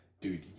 dude